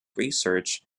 research